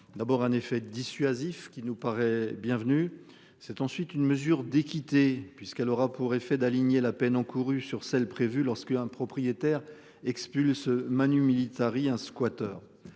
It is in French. d'abord un effet dissuasif qui nous paraît bienvenue. C'est ensuite une mesure d'équité puisqu'elle aura pour effet d'aligner la peine encourue sur celle prévue lorsqu'un propriétaires expulsent Manu militari un squatteur